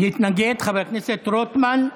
מתנגד חבר הכנסת רוטמן.